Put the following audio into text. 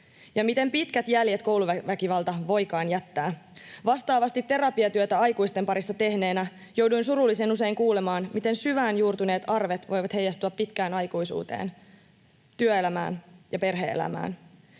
Ja miten pitkät jäljet kouluväkivalta voikaan jättää! Vastaavasti terapiatyötä aikuisten parissa tehneenä jouduin surullisen usein kuulemaan, miten syvään juurtuneet arvet voivat heijastua pitkään aikuisuuteen, työelämään ja perhe-elämään.